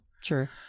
sure